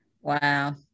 Wow